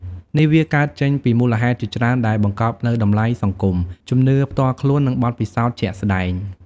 នេះវាកើតចេញពីមូលហេតុជាច្រើនដែលបង្កប់នូវតម្លៃសង្គម ជំនឿផ្ទាល់ខ្លួន និងបទពិសោធន៍ជាក់ស្ដែង។